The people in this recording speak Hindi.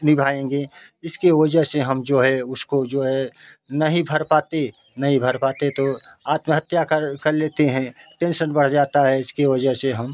निभाएँगे जिसके वजह से हम जो है उसको जो है नहीं भर पाते नहीं भर पाते तो आत्महत्या कर कर लेते हैं टेंशन बढ़ जाता है इसके वजह से हम